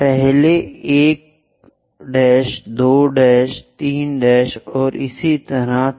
पहले 1 2 3 और इसी तरह 6